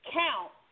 count